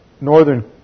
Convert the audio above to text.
Northern